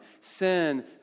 Sin